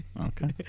Okay